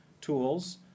tools